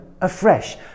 afresh